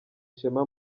ishema